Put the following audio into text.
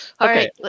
Okay